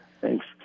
thanks